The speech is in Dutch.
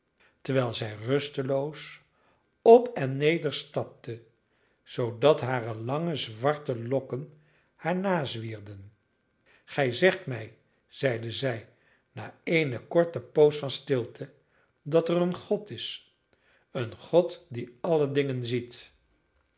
terwijl zij rusteloos op en neder stapte zoodat hare lange zwarte lokken haar nazwierden gij zegt mij zeide zij na eene korte poos van stilte dat er een god is een god die alle dingen ziet